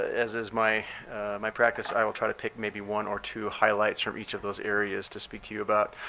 as is my my practice, i will try to pick maybe one or two highlights from each of those areas to speak to you about.